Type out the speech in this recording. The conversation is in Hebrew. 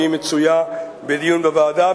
והיא מצויה בדיון בוועדה.